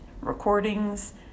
recordings